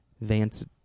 Vance